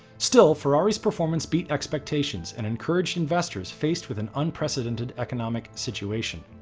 still, ferrari's performance beat expectations and encouraged investors faced with an unprecedented economic situation.